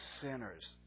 sinners